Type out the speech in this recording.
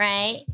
Right